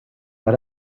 pas